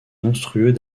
monstrueux